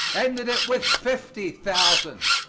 ended it with fifty thousand.